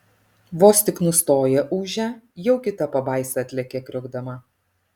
vos tik nustoja ūžę jau kita pabaisa atlekia kriokdama